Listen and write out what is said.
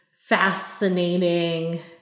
fascinating